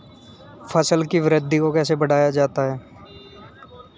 फसल की वृद्धि को कैसे बढ़ाया जाता हैं?